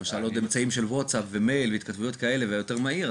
למשל עוד אמצעים של WhatsApp ואימייל והתכתבויות כאלה והיה יותר מהיר,